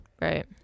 right